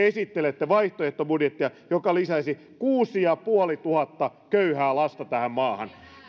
esittelette vaihtoehtobudjettia joka lisäisi kuusi ja puolituhatta köyhää lasta tähän maahan